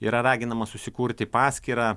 yra raginama susikurti paskyrą